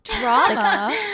Drama